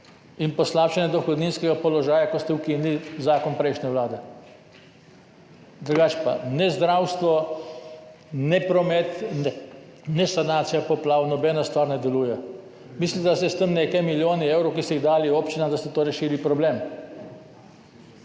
in poslabšanje dohodninskega položaja, ko ste ukinili zakon prejšnje vlade. Drugače pa ne zdravstvo ne promet ne sanacija poplav, nobena stvar ne deluje. Mislite, da ste s temi nekaj milijoni evrov, ki ste jih dali občinam, rešili problem?